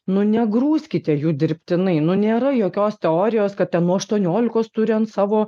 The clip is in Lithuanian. nu negrūskite jų dirbtinai nu nėra jokios teorijos kad ten nuo aštuoniolikos turi ant savo